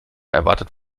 erwartet